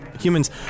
humans